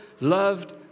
loved